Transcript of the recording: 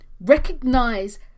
recognize